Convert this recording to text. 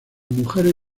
mujeres